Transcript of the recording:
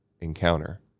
encounter